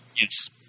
Yes